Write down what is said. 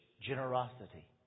generosity